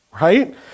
right